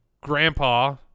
grandpa